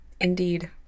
Indeed